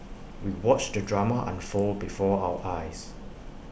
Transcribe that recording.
we watched the drama unfold before our eyes